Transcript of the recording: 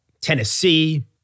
Tennessee